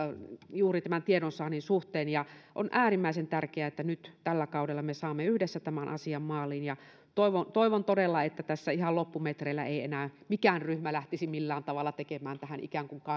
juuri tämän tiedonsaannin suhteen ja on äärimmäisen tärkeää että nyt tällä kaudella me saamme yhdessä tämän asian maaliin toivon toivon todella että tässä ihan loppumetreillä ei enää mikään ryhmä lähtisi millään tavalla tekemään tähän ikään kuin